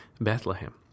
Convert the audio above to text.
Bethlehem